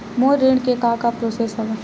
मोर ऋण के का का प्रोसेस हवय?